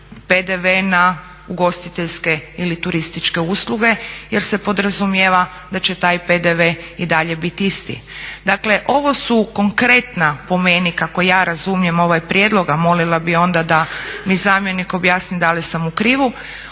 PDV na ugostiteljske ili turističke usluge jer se podrazumijeva da će taj PDV i dalje biti isti. Dakle ovo su konkretna po meni, kako ja razumijem ovaj prijedlog, a molila bih onda da mi zamjenik objasni da li sam u krivu,